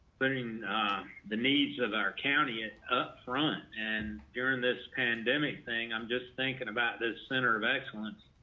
putting the needs of our county and up front. and during this pandemic thing, i'm just thinking about this center of excellence,